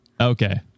Okay